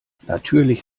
natürlich